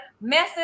messing